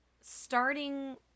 Starting